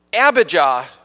Abijah